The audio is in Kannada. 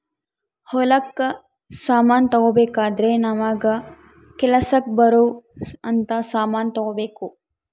ಹೊಲಕ್ ಸಮಾನ ತಗೊಬೆಕಾದ್ರೆ ನಮಗ ಕೆಲಸಕ್ ಬರೊವ್ ಅಂತ ಸಮಾನ್ ತೆಗೊಬೆಕು